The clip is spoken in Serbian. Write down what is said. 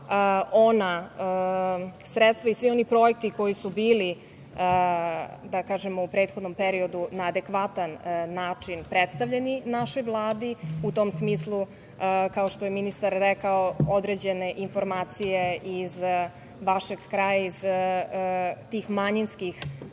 ona sredstva i svi oni projekti koji su bili u prethodnom periodu na adekvatan način predstavljeni našoj Vladi, u tom smislu kao što je ministar rekao, određene informacije iz vašeg kraja, iz tih manjinskih,